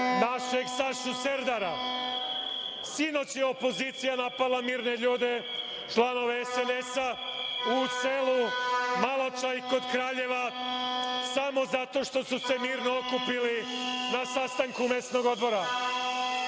našeg Sašu Serdara. Sinoć je opozicija napala mirne ljude, članove SNS, u selu Maločaj kod Kraljeva samo zato što su se mirno okupili na sastanku mesnog odbora.